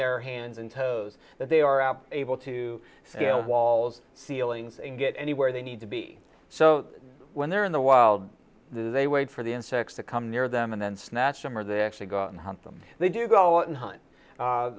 their hands and toes that they are out able to scale walls ceilings and get anywhere they need to be so when they're in the wild they wait for the insects to come near them and then snatch them or they actually go out and hunt them they do go out and hunt